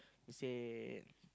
he say